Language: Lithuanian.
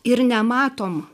ir nematom